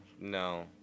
no